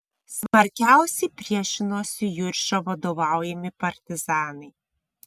smarkiausiai priešinosi juršio vadovaujami partizanai